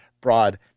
Broad